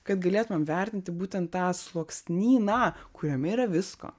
kad galėtumėm vertinti būtent tą sluoksnyną kuriame yra visko